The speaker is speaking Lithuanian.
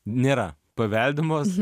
nėra paveldimos